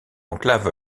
enclave